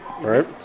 right